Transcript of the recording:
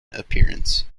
appearance